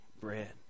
bread